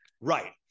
Right